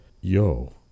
yo